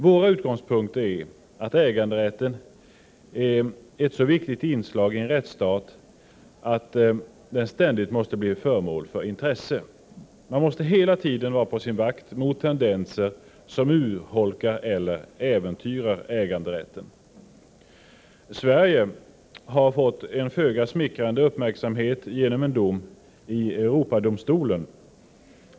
Våra utgångspunkter är att äganderätten är ett så viktigt inslag i en rättsstat att den ständigt måste bli föremål för intresse. Man måste hela tiden vara på sin vakt mot tendenser som urholkar eller äventyrar äganderätten. Sverige har fått en föga smickrande uppmärksamhet genom en dom i Europadomstolen.